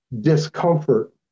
discomfort